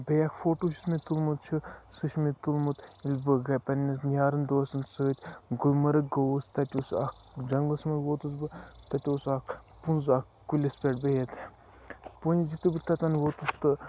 بیٚیہِ اکھ فوٹو یُس مےٚ تُلمُت چھُ سُہ چھُ مےٚ تُلمُت ییٚلہٕ بہٕ پَننٮ۪ن یارَن دوستَن سۭتۍ گُلمرگ گووُس تَتہِ اوس اکھ جَنگلَس مَنٛز ووتُس بہٕ تَتہِ اوس اکھ پونٛز اکھ کُلِس پٮ۪ٹھ بِیٚہِتھ پٔنٛزۍ یُتھٕے بہٕ تتٮ۪ن وُچھُس تہٕ